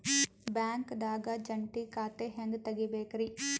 ಬ್ಯಾಂಕ್ದಾಗ ಜಂಟಿ ಖಾತೆ ಹೆಂಗ್ ತಗಿಬೇಕ್ರಿ?